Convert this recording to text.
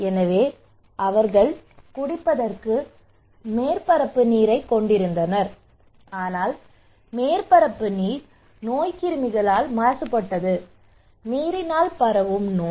எனவே அவர்கள் குடிப்பதற்கு மேற்பரப்பு நீரைக் கொண்டிருந்தனர் ஆனால் மேற்பரப்பு நீர் நோய்க்கிருமிகளால் மாசுபட்டது நீரினால் பரவும் நோய்